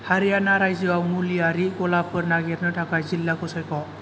हारियाना रायजोआव मुलिआरि गलाफोर नागिरनो थाखाय जिल्लाखौ सायख'